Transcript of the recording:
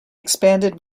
expanded